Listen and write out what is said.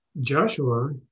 Joshua